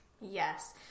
Yes